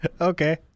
Okay